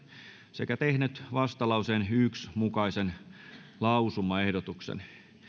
sekä tehnyt vastalauseen yhden mukaisen lausumaehdotuksen